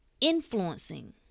influencing